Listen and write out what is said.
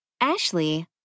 Ashley